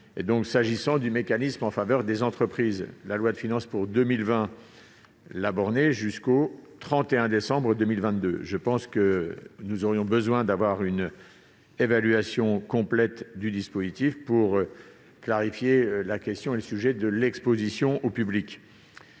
particulier. Quant au mécanisme en faveur des entreprises, la loi de finances pour 2020 l'a borné jusqu'au 31 décembre 2022, et nous aurions besoin d'une évaluation complète du dispositif pour clarifier la question de l'exposition au public.